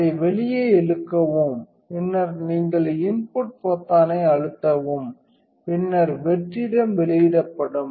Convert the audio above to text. அதை வெளியே இழுக்கவும் பின்னர் நீங்கள் இன்புட் பொத்தானை அழுத்தவும் பின்னர் வெற்றிடம் வெளியிடப்படும்